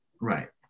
right